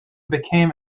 became